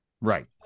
Right